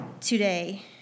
Today